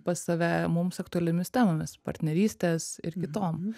pas save mums aktualiomis temomis partnerystės ir kitom